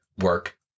work